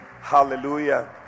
Hallelujah